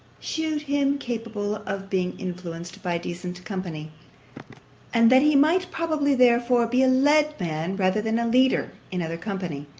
shewed him capable of being influenced by decent company and that he might probably therefore be a led man, rather than a leader, in other company.